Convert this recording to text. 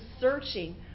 searching